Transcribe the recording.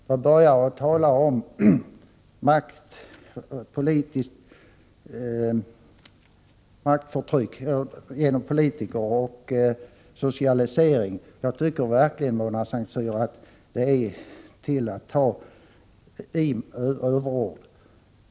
Man börjar tala om maktförtryck genom politiker och som socialisering. Jag tycker verkligen, Mona Saint Cyr, att det är till att ta till överord.